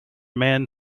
man